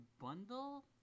bundle